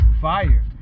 Fire